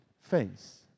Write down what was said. face